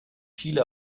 chile